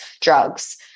drugs